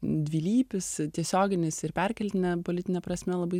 dvilypis tiesioginis ir perkeltine politine prasme labai